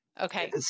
Okay